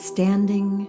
Standing